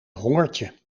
hongertje